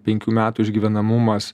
penkių metų išgyvenamumas